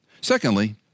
Secondly